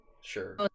Sure